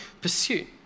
pursuit